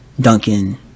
Duncan